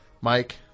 Mike